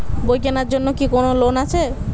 বই কেনার জন্য কি কোন লোন আছে?